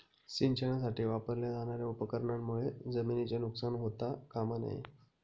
सिंचनासाठी वापरल्या जाणार्या उपकरणांमुळे जमिनीचे नुकसान होता कामा नये